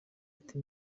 ati